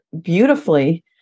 beautifully